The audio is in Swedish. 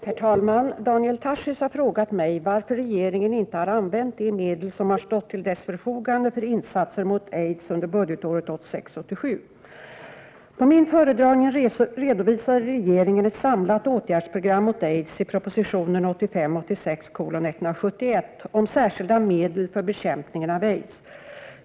Herr talman! Daniel Tarschys har frågat mig varför regeringen inte har använt de medel som har stått till dess förfogande för insatser mot aids under budgetåret 1986 86:171 om särskilda medel för bekämpningen av aids.